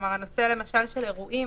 הנושא של אירועים